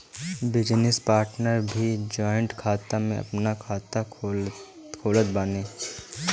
business partner भी joint खाता में आपन खाता खोलत बाने